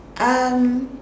um